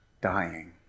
dying